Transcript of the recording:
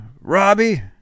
Robbie